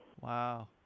Wow